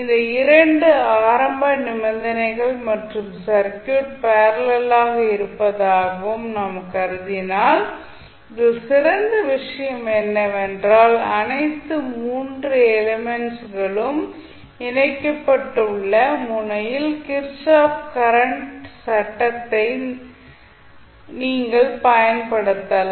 இந்த இரண்டு ஆரம்ப நிபந்தனைகள் மற்றும் சர்க்யூட் பேரலல் இருப்பதாகவும் நாம் கருதினால் இதில் சிறந்த விஷயம் என்னவென்றால் அனைத்து 3 எலிமென்ட்ஸ் களும் இணைக்கப்பட்டுள்ள முனையில் கிர்ச்சோஃப் கரண்ட் சட்டத்தை நீங்கள் பயன்படுத்தலாம்